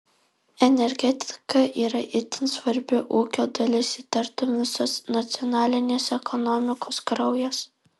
energetika yra itin svarbi ūkio dalis ji tartum visos nacionalinės ekonomikos kraujas